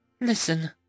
Listen